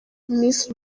miss